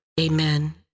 Amen